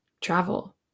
travel